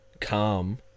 calm